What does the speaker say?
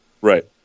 Right